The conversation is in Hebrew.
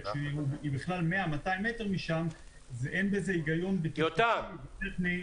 200-100 מטר משם ואין בזה היגיון --- יותם,